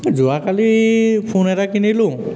যোৱাকালি ফোন এটা কিনিলোঁ